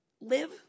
live